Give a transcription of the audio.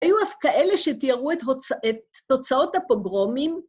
‫היו אז כאלה שתראו ‫את תוצאות הפוגרומים.